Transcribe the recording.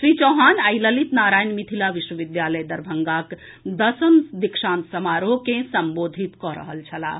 श्री चौहान आइ ललित नारायण मिथिला विश्वविद्यालय दरभंगाक दसम दीक्षांत समारोह के संबोधित कऽ रहल छलाह